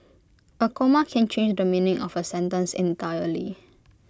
A comma can change the meaning of A sentence entirely